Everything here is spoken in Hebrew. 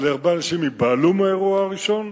אבל הרבה אנשים ייבהלו מהאירוע הראשון.